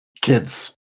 kids